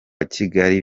kigali